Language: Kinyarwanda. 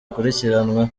akurikiranweho